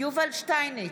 יובל שטייניץ,